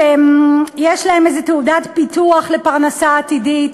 שיש להם איזה תעודת ביטוח לפרנסה עתידית,